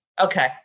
Okay